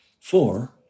Four